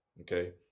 Okay